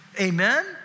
Amen